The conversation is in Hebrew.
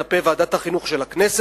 כלפי ועדת החינוך של הכנסת,